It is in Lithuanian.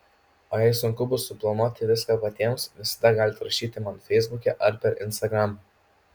o jei sunku bus suplanuoti viską patiems visada galite rašyti man feisbuke ar per instagram